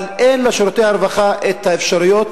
אבל אין לשירותי הרווחה האפשרויות,